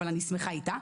אבל אני שמחה איתה.